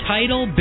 Title